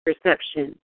Perception